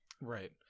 Right